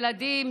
ילדים,